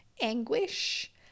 anguish